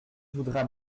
voudras